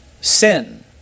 Sin